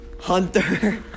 Hunter